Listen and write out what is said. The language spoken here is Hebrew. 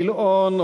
גילאון,